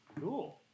Cool